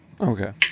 Okay